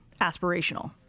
aspirational